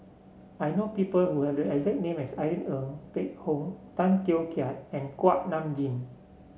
I know people who have the exact name as Irene Ng Phek Hoong Tay Teow Kiat and Kuak Nam Jin